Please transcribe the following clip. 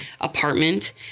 apartment